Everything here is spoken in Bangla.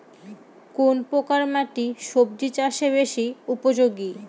কোন প্রকার মাটি সবজি চাষে বেশি উপযোগী?